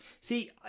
See